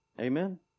amen